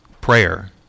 prayer